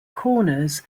corners